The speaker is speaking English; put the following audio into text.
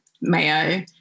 mayo